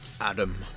Adam